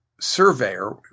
surveyor